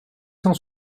cent